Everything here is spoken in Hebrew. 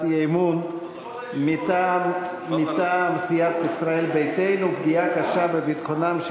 אי-אמון מטעם סיעת ישראל ביתנו: פגיעה קשה בביטחונם של